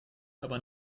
aber